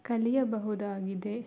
ಕಲಿಯಬಹುದಾಗಿದೆ